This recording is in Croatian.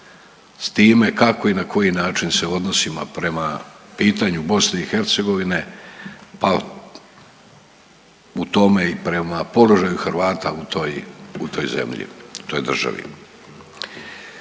s time kako i na koji način se odnosimo prema pitanju BiH, pa u tome i prema položaju Hrvata u toj, u toj zemlji, u toj državi.